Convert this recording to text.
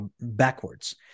backwards